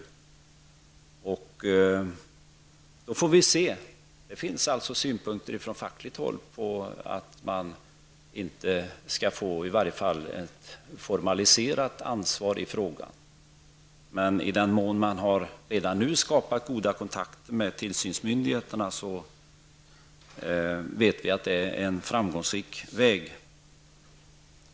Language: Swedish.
Man har på fackligt håll synpunkter på att man där inte bör få i varje fall ett formaliserat ansvar i denna fråga. I den mån man redan nu har skapat goda kontakter med tillsynsmyndigheterna vet vi att det är en framgångsrik väg.